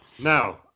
Now